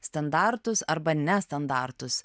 standartus arba nestandartus